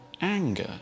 anger